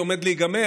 של כל מודר,